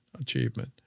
achievement